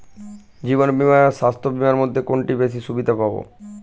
জীবন বীমা আর স্বাস্থ্য বীমার মধ্যে কোনটিতে বেশী সুবিধে পাব?